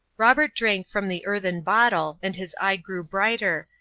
robert drank from the earthen bottle, and his eye grew brighter,